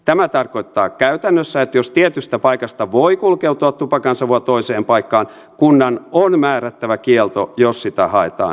tämä tarkoittaa käytännössä että jos tietystä paikasta voi kulkeutua tupakansavua toiseen paikkaan kunnan on määrättävä kielto jos sitä haetaan